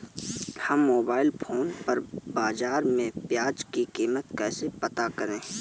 हम mobile phone पर बाज़ार में प्याज़ की कीमत कैसे पता करें?